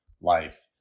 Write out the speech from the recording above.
life